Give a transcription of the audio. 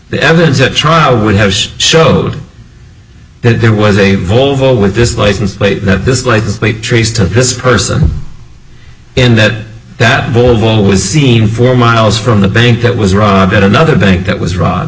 the evidence at trial would have showed that there was a volvo with this license plate that this license plate traced to this person and that that volvo was seen for miles from the bank that was robbed at another bank that was ro